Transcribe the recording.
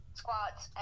squats